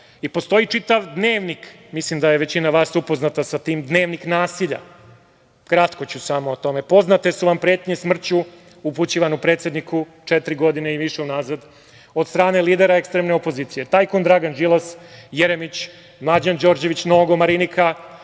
Vukanu. Postoji čitav dnevnik, mislim da je većina vas upoznata sa tim dnevnikom nasilja, kratko ću samo o tome. Poznate su vam pretnje smrću upućivane predsedniku četiri godine i više unazad od strane lidera ekstremne opozicije. Tajkun Dragan Đilas, Jeremić, Mlađan Đorđević, Nogo, Marinika,